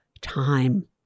time